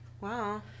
Wow